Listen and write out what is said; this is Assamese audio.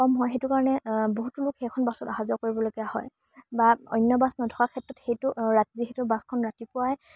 কম হয় সেইটো কাৰণে বহুতো লোক সেইখন বাছত অহা যোৱা কৰিবলগীয়া হয় বা অন্য বাছ নথকাৰ ক্ষেত্ৰত সেইটো ৰাতি যিহেতু বাছখন ৰাতিপুৱাই